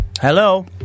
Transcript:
Hello